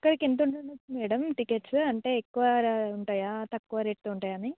ఒక్కరికి ఎంతుంటుండోచ్చు madam tickets అంటే ఎక్కువ ఉంటాయా తక్కువ రేట్స్ ఉంటాయా అని